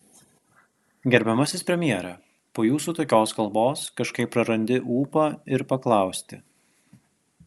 gerbiamasis premjere po jūsų tokios kalbos kažkaip prarandi ūpą ir paklausti